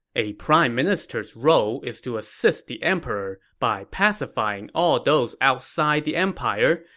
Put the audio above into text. a prime minister's role is to assist the emperor by pacifying all those outside the empire,